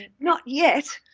not yet!